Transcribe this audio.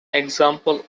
example